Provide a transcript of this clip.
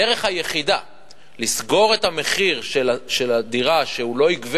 הדרך היחידה לסגור את מחיר הדירה כך שהוא לא יגבה